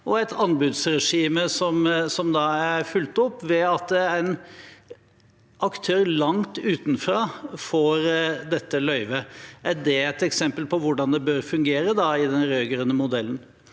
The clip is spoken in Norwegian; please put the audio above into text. og et anbudsregime som er fulgt opp, at en aktør langt utenfra får dette løyvet. Er det et eksempel på hvordan det bør fungere i den rød-grønne modellen?